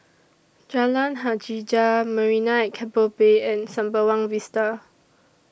Jalan Hajijah Marina At Keppel Bay and Sembawang Vista